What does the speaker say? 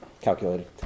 calculated